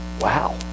Wow